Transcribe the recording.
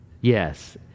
Yes